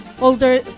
Older